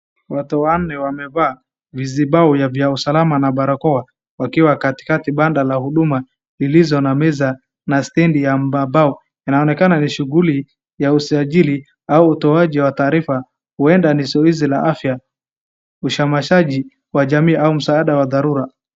Watu wanne wamevaa vizibao vya usalama na barakoa, wakiwa katika banda la huduma lililo na meza na steni ya mbao. Inaonekana ni shughuli ya usajili au utoaji wa taarifa, huenda ni zoezi la afya, ushamashaji wa jamii au msaada wa dharura.